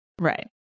Right